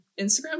Instagram